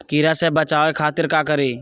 कीरा से बचाओ खातिर का करी?